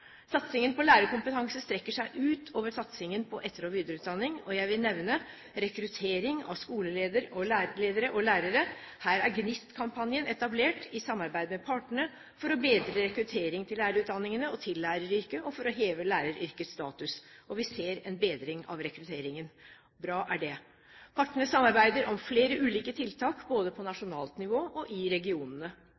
Satsingen på lærerkompetanse strekker seg utover satsingen på etter- og videreutdanning, og jeg vil nevne rekruttering av skoleledere og lærere. Her er GNIST-kampanjen etablert i samarbeid med partene for å bedre rekrutteringen til lærerutdanningene og til læreryrket og for å heve læreryrkets status. Vi ser en bedring av rekrutteringen – og bra er det! Partene samarbeider om flere ulike tiltak både på